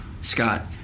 Scott